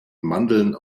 mandeln